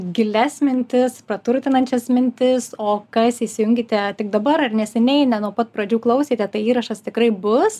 gilias mintis praturtinančias mintis o kas įsijungėte tik dabar ar neseniai ne nuo pat pradžių klausėte tai įrašas tikrai bus